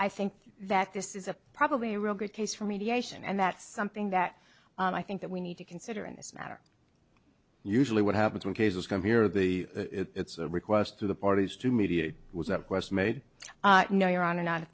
i think that this is a probably a real good case for mediation and that's something that i think that we need to consider in this matter usually what happens when cases come here the it's a request to the parties to mediate was that quest made no your honor not